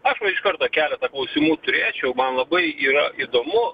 aš va iš karto keletą klausimų turėčiau man labai yra įdomu